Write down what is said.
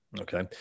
Okay